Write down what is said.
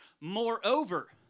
moreover